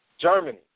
Germany